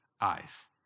eyes